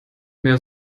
mehr